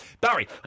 Barry